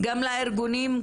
גם לארגונים,